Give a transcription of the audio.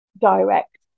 direct